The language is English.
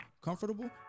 comfortable